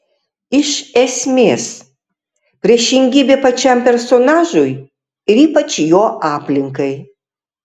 iš esmės priešingybė pačiam personažui ir ypač jo aplinkai